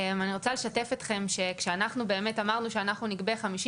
אני רוצה לשתף אתכם שכשאנחנו באמת אמרנו שאנחנו נגבה 50